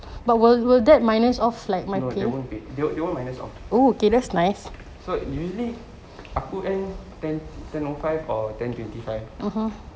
no they won't paid they won't won't minus off so usually aku end ten zero five or ten twenty five